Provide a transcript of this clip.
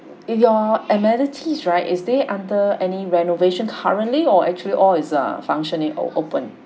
your amenities right is they under any renovation currently or actually all is uh functioning or open